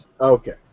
Okay